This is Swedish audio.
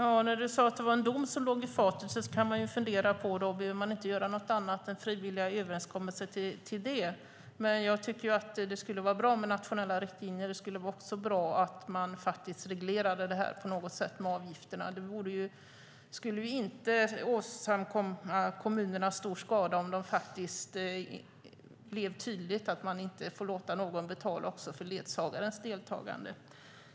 Herr talman! Om det är en dom som ligger de gravt synskadade i fatet kan man fundera på om det inte behövs annat än frivilliga överenskommelser. Men jag tycker att det skulle vara bra med nationella riktlinjer. Det skulle också vara bra om avgifterna reglerades på något sätt. Det skulle inte åsamka kommunerna stor skada om det blev tydligt att de inte får låta någon betala också för ledsagarens deltagande.